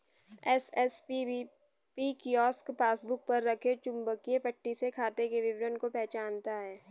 SSPBP kiosk passbook पर रखे चुंबकीय पट्टी से खाते के विवरण को पहचानता है